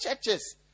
churches